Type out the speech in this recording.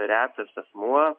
retas asmuo